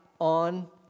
on